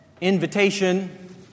invitation